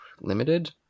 Limited